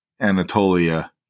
Anatolia